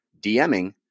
DMing